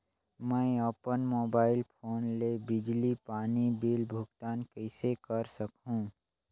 मैं अपन mobile phone ले बिजली पानी बिल भुगतान कइसे कर सकहुं?